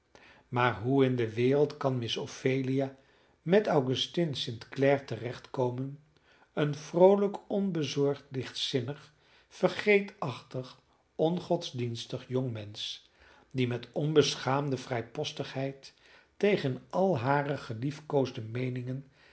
maar hoe in de wereld kan miss ophelia met augustine st clare te recht komen een vroolijk onbezorgd lichtzinnig vergeetachtig ongodsdienstig jongmensch die met onbeschaamde vrijpostigheid tegen al hare geliefkoosde meeningen